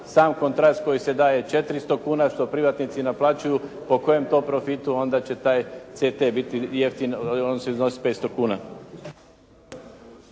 sam kontrast koji se daje je 400 kn što privatnici naplaćuju. Po kojem to profitu onda će taj CT biti jeftin? On će iznositi 500 kn.